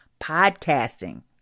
podcasting